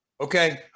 Okay